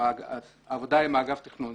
העבודה עם אגף התכנון,